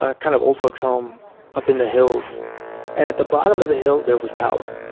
ah kind of old folks home up in the hills, and at the bottom of the hill there was power,